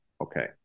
okay